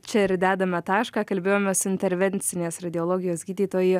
čia ir dedame tašką kalbėjome su intervencinės radiologijos gydytoju